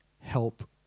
help